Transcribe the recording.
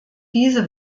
diese